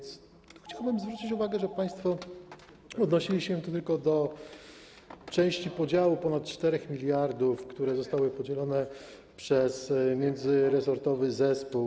Chciałbym zwrócić uwagę, że państwo odnosili się tylko do części podziału ponad 4 mld, które zostały podzielone przez międzyresortowy zespół.